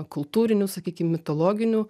kultūrinių sakykim mitologinių